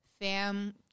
fam